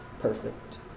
perfect